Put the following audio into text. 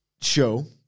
show